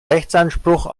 rechtsanspruch